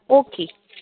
okay